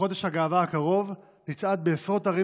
בחודש הגאווה הקרוב נצעד בעשרות ערים